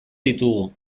ditugu